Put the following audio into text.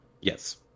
Yes